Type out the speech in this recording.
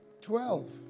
Twelve